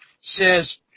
says